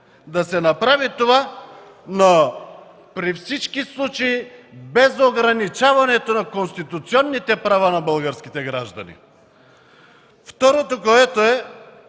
да се направи това, но при всички случаи без ограничаване на конституционните права на българските граждани. Второ, ползваме